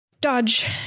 Dodge